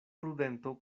prudento